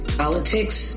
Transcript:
politics